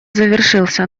завершился